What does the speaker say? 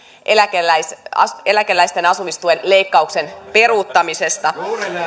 eläkeläisten asumistuen leikkauksen peruuttamisesta